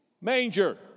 Manger